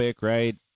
right